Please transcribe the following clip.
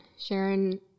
Sharon